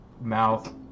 mouth